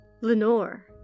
Lenore